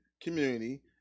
community